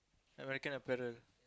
American apparel